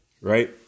right